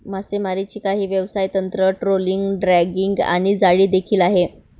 मासेमारीची काही व्यवसाय तंत्र, ट्रोलिंग, ड्रॅगिंग आणि जाळी देखील आहे